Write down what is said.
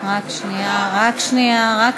אנחנו